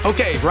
Okay